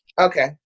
Okay